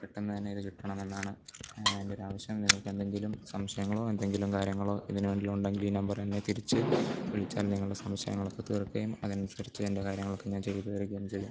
പെട്ടെന്ന് തന്നെ ഇത് കിട്ടണമെന്നാണ് എൻ്റെ ഒരു ആവശ്യം നിങ്ങൾക്ക് എന്തെങ്കിലും സംശയങ്ങളോ എന്തെങ്കിലും കാര്യങ്ങളോ ഇതിന് വേണ്ടിയുണ്ടെങ്കിൽ ഈ നമ്പറിൽ എന്നെ തിരിച്ച് വിളിച്ചാൽ നിങ്ങളുടെ സംശയങ്ങളൊക്കെ തീർക്കുകയും അതിനനുസരിച്ച് എൻ്റെ കാര്യങ്ങളൊക്കെ ഞാൻ ചെയ്തു തീർക്കുകയും ചെയ്യും